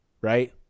right